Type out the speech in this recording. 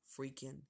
freaking